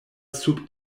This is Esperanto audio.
sub